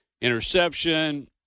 interception